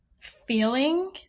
feeling